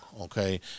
okay